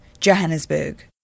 Johannesburg